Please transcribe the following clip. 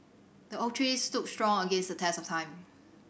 the oak tree stood strong against the test of time